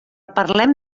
parlem